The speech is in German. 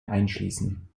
einschließen